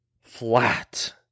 flat